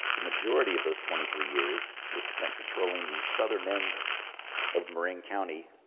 the majority of those twenty three years was spent patrolling the southern end of marin county,